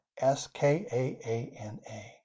S-K-A-A-N-A